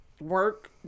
work